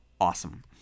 awesome